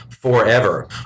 forever